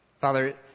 Father